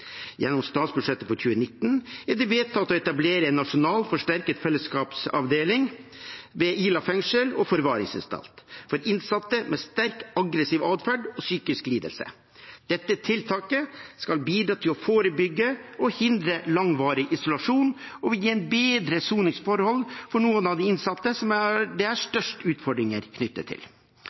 Gjennom statsbudsjettet for 2019 er det vedtatt å etablere en nasjonal forsterket fellesskapsavdeling ved Ila fengsel og forvaringsanstalt for innsatte med sterk aggressiv adferd og psykisk lidelse. Dette tiltaket skal bidra til å forebygge og hindre langvarig isolasjon og vil gi bedre soningsforhold for noen av de innsatte som det er størst utfordringer knyttet til.